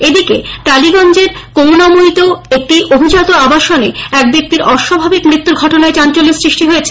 এদিকে টালিগঞ্জের করুণাময়ীতে একটি অভিজাত আবাসনে এক ব্যক্তির অস্বাভাবিক মৃত্যুর ঘটণায় চাঞ্চল্যের সৃষ্টি হয়েছে